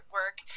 work